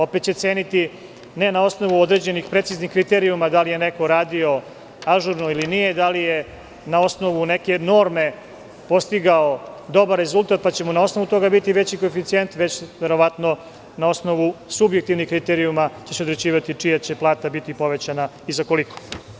Opet će ceniti ne na osnovu određenih preciznih kriterijuma da li je neko radio ažurno ili nije, da li je na osnovu neke norme postigao dobar rezultat, pa će mu na osnovu toga biti veći koeficijent već verovatno na osnovu subjektivnih kriterijuma će se određivati čija će plata biti povećana i za koliko.